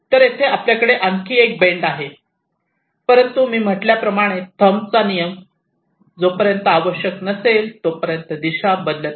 तर येथे आपल्याकडे आणखी एक बेंड आहे परंतु मी म्हटल्याप्रमाणे थंबचा नियम जोपर्यंत आवश्यक नसेल तोपर्यंत दिशा बदलत नाही